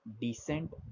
decent